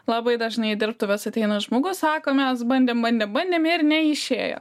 labai dažnai į dirbtuves ateina žmogus sako mes bandėm bandėm bandėm ir neišėjo